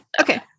okay